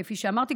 כפי שאמרתי,